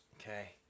Okay